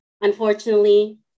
Unfortunately